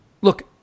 look